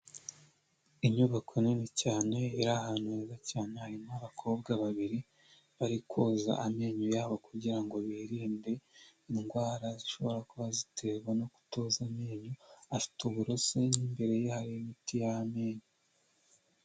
Inyubako nini cyane, iri ahantu heza cyane, harimo abakobwa babiri bari koza amenyo yabo kugirango birinde indwara zishobora kuba ziterwa no kutoza amenyo, afite uburoso n'imbere hari imiti y'amenyo.